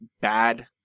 bad